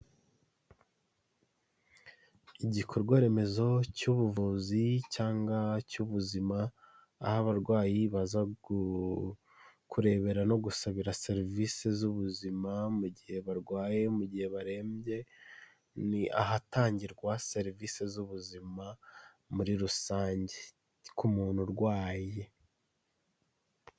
Igikorwa remezo cy'ubuvuzi, cyangwa cy'ubuzima, aho abarwayi baza kurebera no gusabira serivise z'ubuzima mu gihe barwaye, mu gihe barembye, ni ahatangirwa serivise z'ubuzima muri rusange, ku muntu urwaye.